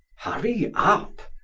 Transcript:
hurry up!